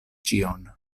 ĉion